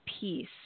peace